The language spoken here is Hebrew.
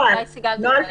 אולי סיגל תוכל להתייחס.